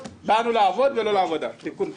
באנו לעבוד ולא לעבודה, תיקון טוב.